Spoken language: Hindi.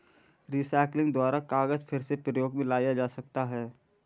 रीसाइक्लिंग द्वारा कागज फिर से प्रयोग मे लाया जा सकता है